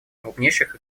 крупнейших